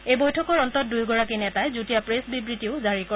এই বৈঠকৰ অন্তত দুয়োগৰাকী নেতাই যুটীয়া প্ৰেছ বিবৃতিও জাৰি কৰে